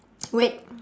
wait